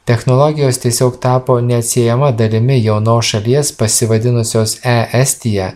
technologijos tiesiog tapo neatsiejama dalimi jaunos šalies pasivadinusios e estija